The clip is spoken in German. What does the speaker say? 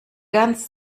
ganz